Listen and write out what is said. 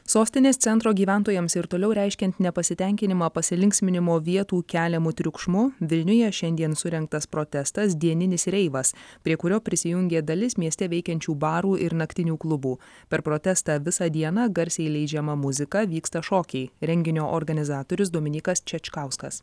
sostinės centro gyventojams ir toliau reiškiant nepasitenkinimą pasilinksminimo vietų keliamu triukšmu vilniuje šiandien surengtas protestas dieninis reivas prie kurio prisijungė dalis mieste veikiančių barų ir naktinių klubų per protestą visą dieną garsiai leidžiama muzika vyksta šokiai renginio organizatorius dominykas čečkauskas